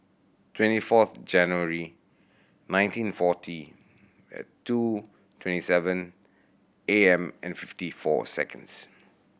twenty fourth January nineteen forty and two twenty seven A M and fifty four seconds